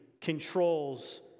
controls